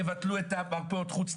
תבטלו את מרפאות החוץ,